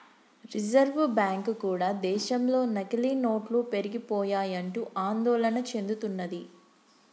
reserve bank కూడా దేశంలో నకిలీ నోట్లు పెరిగిపోయాయంటూ ఆందోళన చెందుతున్నది